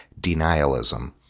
denialism